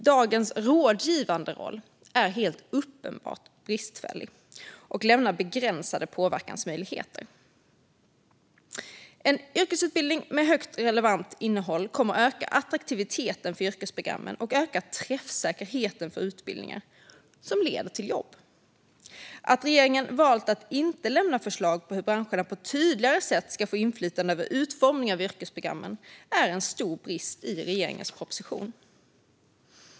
Dagens rådgivande roll är helt uppenbart bristfällig och lämnar begränsade påverkansmöjligheter. En yrkesutbildning med hög relevans i innehållet kommer att öka attraktiviteten för yrkesprogrammen och öka träffsäkerheten för utbildningar som leder till jobb. Att regeringen har valt att inte lämna förslag på hur branscherna på ett tydligare sätt ska få inflytande över utformningen av yrkesprogrammen är en stor brist i regeringens proposition.